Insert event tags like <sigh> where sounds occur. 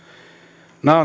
nämä <unintelligible>